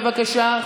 בבקשה,